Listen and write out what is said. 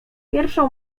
pierwszą